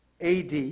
AD